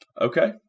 okay